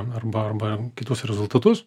arba arba kitus rezultatus